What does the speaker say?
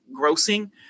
grossing